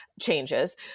changes